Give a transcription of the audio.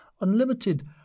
unlimited